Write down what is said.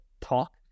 talk